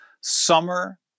summer